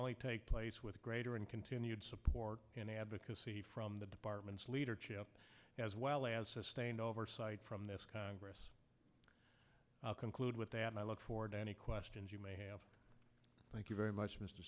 only take place with greater and continued support and advocacy from the department's leadership as well as sustained oversight from this congress i'll conclude with that i look forward to any questions you may have thank you very much mr